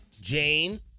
Jane